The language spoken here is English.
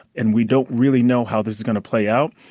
and we don't really know how this is gonna play out.